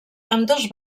ambdós